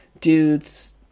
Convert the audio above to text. dude's